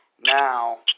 Now